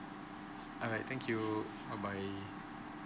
alright thank you bye bye